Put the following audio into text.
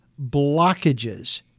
blockages